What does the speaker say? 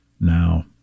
now